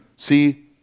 See